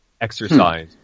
exercise